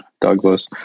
Douglas